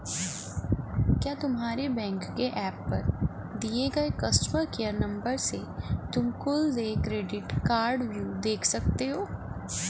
क्या तुम्हारे बैंक के एप पर दिए गए कस्टमर केयर नंबर से तुम कुल देय क्रेडिट कार्डव्यू देख सकते हो?